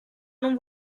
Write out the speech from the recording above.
non